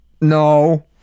No